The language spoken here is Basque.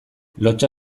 lotsa